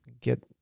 get